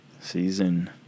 Season